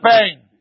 pain